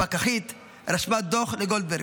הפקחית רשמה דוח לגולדברג.